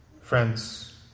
Friends